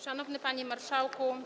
Szanowny Panie Marszałku!